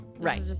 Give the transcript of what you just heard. right